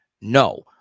No